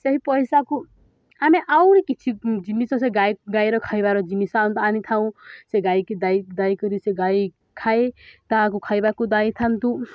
ସେହି ପଇସାକୁ ଆମେ ଆହୁରି କିଛି ଜିନିଷ ସେ ଗାଈ ଗାଈର ଖାଇବାର ଜିନିଷ ଆମ ଆଣି ଥାଉଁ ସେ ଗାଈକି ଦେଇ ଦେଇକରି ସେ ଗାଈ ଖାଇ ତାହାକୁ ଖାଇବାକୁ ଦେଇଥାନ୍ତି